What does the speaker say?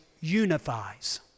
unifies